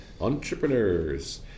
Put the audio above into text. Entrepreneurs